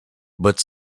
but